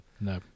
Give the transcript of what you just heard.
No